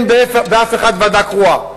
ואין באף אחד מהם ועדה קרואה.